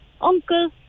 uncle